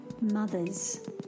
mothers